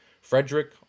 Frederick